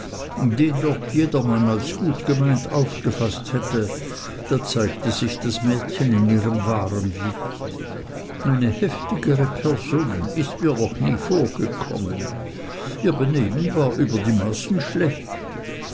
den doch jedermann als gut gemeint aufgefaßt hätte da zeigte sich das mädchen in ihrem wahren licht eine heftigere person ist mir noch nie vorgekommen ihr benehmen war über die maßen schlecht